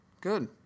Good